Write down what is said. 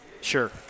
Sure